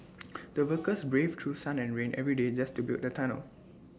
the workers braved through sun and rain every day just to build the tunnel